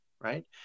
right